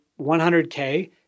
100K